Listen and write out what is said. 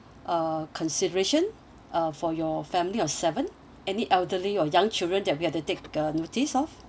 uh consideration uh for your family of seven any elderly or young children that we have to take notice of